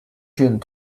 tune